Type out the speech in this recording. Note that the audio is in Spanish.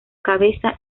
cabeza